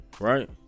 right